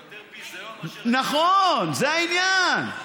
או, נכון, זה העניין.